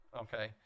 Okay